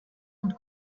und